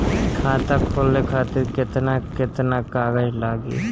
खाता खोले खातिर केतना केतना कागज लागी?